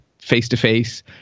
face-to-face